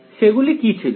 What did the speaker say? সেগুলি কি ছিল